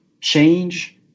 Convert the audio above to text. change